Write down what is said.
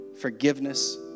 forgiveness